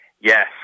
Yes